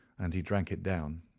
and he drank it down.